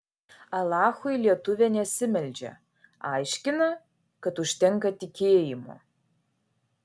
alachui lietuvė nesimeldžia aiškina kad užtenka tikėjimo